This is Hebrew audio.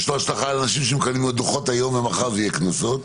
יש לו השלכה על אנשים שמקבלים דוחות היום ומחר ויהיו קנסות.